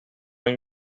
این